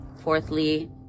fourthly